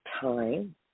time